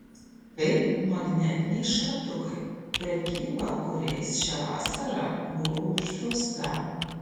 tai magnetiniai šratukai prekyba kuriais šią vasarą buvo uždrausta